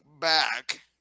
back